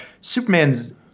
Superman's